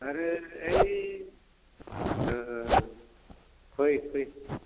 आरो ओइ ओह फै फै